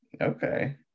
Okay